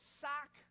sock